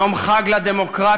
יום חג לדמוקרטיה,